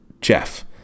Jeff